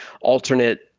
alternate